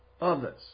others